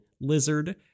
lizard